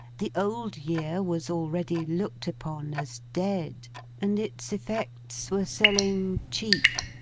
the old year was already looked upon as dead and its effects were selling cheap,